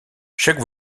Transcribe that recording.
chaque